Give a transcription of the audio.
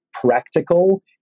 practical